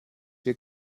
wir